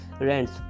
rents